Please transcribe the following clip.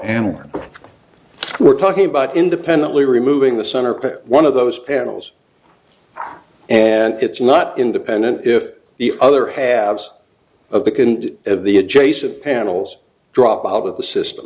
am we're talking about independently removing the center one of those panels and it's not independent if the other halves of the can of the adjacent panels drop out of the system